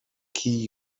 kee